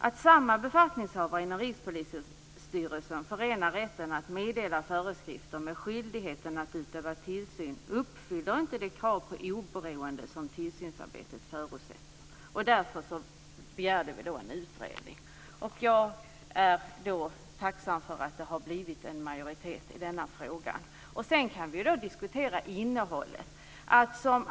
Att samma befattningshavare inom Rikspolisstyrelsen förenar rätten att meddela föreskrifter med skyldigheten att utöva tillsyn uppfyller inte det krav på oberoende som tillsynsarbetet förutsätter. Därför begärde vi en utredning. Jag är då tacksam över att det har blivit en majoritet i denna fråga. Sedan kan vi diskutera innehållet.